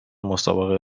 مسابقه